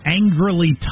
angrily